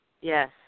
Yes